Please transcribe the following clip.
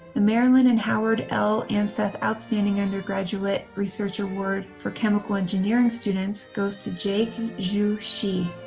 the marilyn and howard l. anseth outstanding undergraduate research award for chemical engineering students goes to jake and xu shit.